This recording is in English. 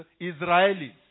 Israelis